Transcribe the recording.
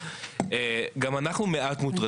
אני גם לוקח בחשבון שאולי פעם אני אהיה.